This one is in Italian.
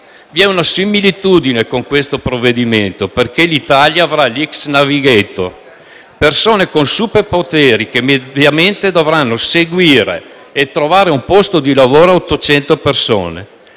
Vi è una similitudine con questo provvedimento perché l'Italia avrà gli "*x-navigator*", persone con superpoteri che mediamente dovranno seguire e trovare un posto di lavoro a 800 persone.